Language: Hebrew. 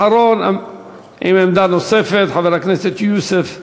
אחרון עם עמדה נוספת, חבר הכנסת יוסף ג'בארין.